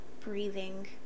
breathing